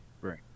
Right